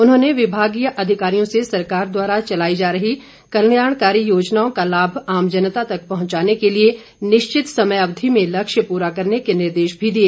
उन्होंने विभागीय अधिकारियों से सरकार द्वारा चलाई जा रही कल्याणकारी योजनाओं का लाम आम जनता तक पहंचाने के लिए निश्चित समय अवधि में लक्ष्य पूरा करने के निर्देश भी दिए